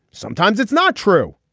sometimes it's not true.